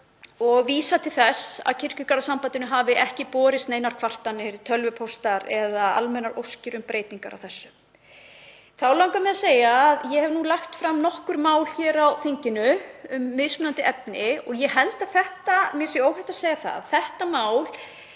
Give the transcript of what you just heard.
er til þess að Kirkjugarðasambandinu hafi ekki borist neinar kvartanir, tölvupóstar eða almennar óskir um breytingar á þessu. Ég hef lagt fram nokkur mál hér á þinginu um mismunandi efni og ég held að mér sé óhætt að segja að þetta mál